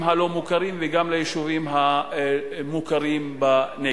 הלא-מוכרים וגם ליישובים המוכרים בנגב.